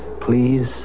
Please